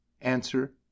answer